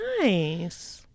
Nice